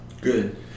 good